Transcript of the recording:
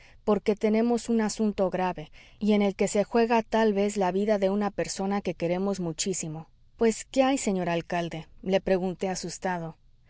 porque tenemos un asunto grave y en el que se juega tal vez la vida de una persona que queremos muchísimo pues qué hay señor alcalde le pregunté asustado